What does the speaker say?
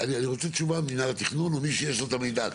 אני רוצה תשובה ממנהל התכנון או מי שיש לו את המידע.